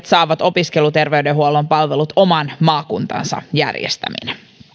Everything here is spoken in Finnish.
saavat opiskeluterveydenhuollon palvelut oman maakuntansa järjestäminä